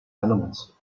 animals